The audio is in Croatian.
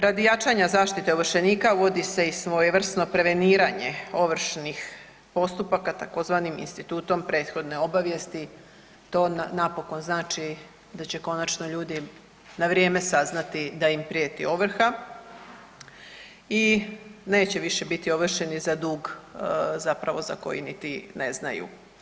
Radi jačanja zaštite ovršenika uvodi se i svojevrsno preveniranje ovršnih postupaka tzv. institutom prethodne obavijesti, to napokon znači da će konačno ljudi na vrijeme saznati da im prijeti ovrha i neće više biti ovršeni za dug zapravo za koji niti ne znaju.